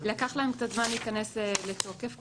לקח להם קצת זמן להיכנס לתוקף כמובן.